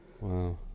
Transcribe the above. Wow